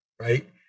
right